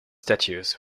statues